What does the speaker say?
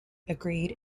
agreed